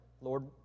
Lord